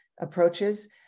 approaches